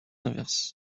inverse